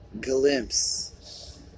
glimpse